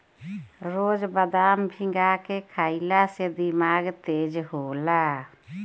रोज बदाम भीगा के खइला से दिमाग तेज होला